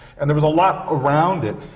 and there was a lot around it.